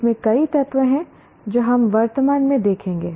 इसमें कई तत्व हैं जो हम वर्तमान में देखेंगे